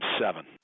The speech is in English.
seven